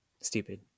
Stupid